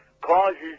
causes